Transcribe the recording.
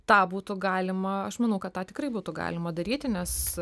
tą būtų galima aš manau kad tą tikrai būtų galima daryti nes